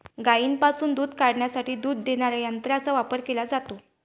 गायींपासून दूध काढण्यासाठी दूध देणाऱ्या यंत्रांचा वापर केला जातो